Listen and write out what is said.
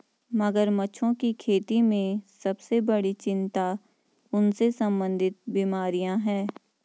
मगरमच्छों की खेती में सबसे बड़ी चिंता उनसे संबंधित बीमारियां हैं?